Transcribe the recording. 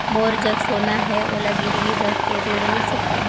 मोर जग सोना है ओला गिरवी रख के ऋण मिल सकथे?